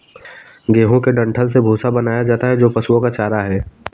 गेहूं के डंठल से भूसा बनाया जाता है जो पशुओं का चारा है